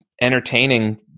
entertaining